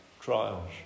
trials